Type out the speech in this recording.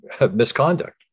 Misconduct